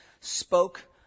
spoke